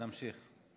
נמשיך.